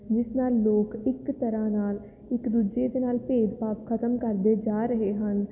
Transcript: ਜਿਸ ਨਾਲ ਲੋਕ ਇੱਕ ਤਰ੍ਹਾਂ ਨਾਲ ਇੱਕ ਦੂਜੇ ਦੇ ਨਾਲ ਭੇਦਭਾਵ ਖਤਮ ਕਰਦੇ ਜਾ ਰਹੇ ਹਨ